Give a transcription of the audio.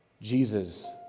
Jesus